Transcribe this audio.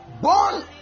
Born